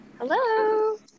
Hello